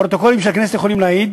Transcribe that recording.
פרוטוקולים של הכנסת יכולים להעיד